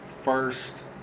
first